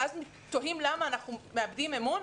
ואז תוהים למה אנחנו מאבדים אמון?